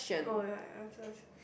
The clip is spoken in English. oh ya ya